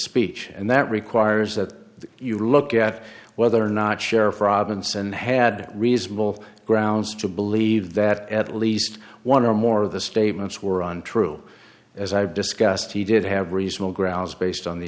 speech and that requires that you look at whether or not sheriff robinson had reasonable grounds to believe that at least one or more of the statements were untrue as i've discussed he did have reasonable grounds based on the